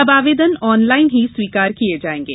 अब आवेदन ऑनलाइन ही स्वीकार किये जाएंगे